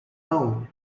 own